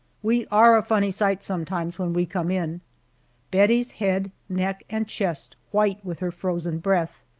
we are a funny sight sometimes when we come in bettie's head, neck, and chest white with her frozen breath,